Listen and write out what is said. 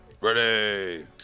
Ready